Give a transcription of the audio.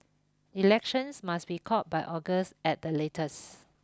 elections must be called by August at the latest